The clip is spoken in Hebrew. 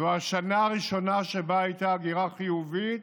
זאת השנה הראשונה שבה הייתה הגירה חיובית